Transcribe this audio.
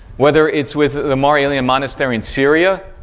whether it's with the mar elian monastery in syria,